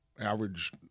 Average